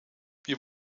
wir